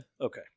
Okay